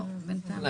בינתיים לא.